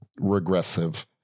regressive